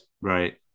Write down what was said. Right